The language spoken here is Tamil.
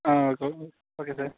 ah okay okay sir